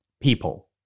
people